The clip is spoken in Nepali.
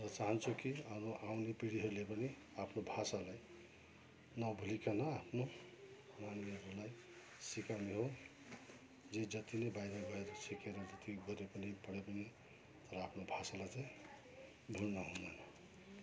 र चाहन्छु कि अरू आउने पिँढीहरूले पनि आफ्नो भाषालाई नभुलिकन आफ्नो नानीहरूलाई सिकाउने हो जे जति नै बाहिर गएर सिकेर जति गरे पनि पढे पनि तर आफ्नो भाषालाई चाहिँ भुल्नुहुन्न